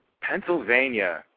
Pennsylvania